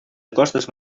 acostes